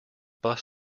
bus